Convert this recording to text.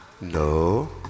No